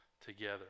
together